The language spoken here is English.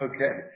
Okay